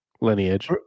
Lineage